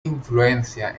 influencia